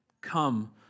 Come